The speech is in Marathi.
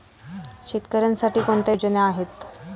शेतकऱ्यांसाठी कोणत्या योजना आहेत?